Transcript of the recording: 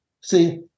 see